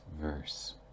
verse